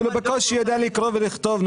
הוא בקושי יודע לקרוא ולכתוב,